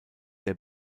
der